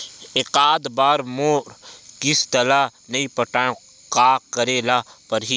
एकात बार मोर किस्त ला नई पटाय का करे ला पड़ही?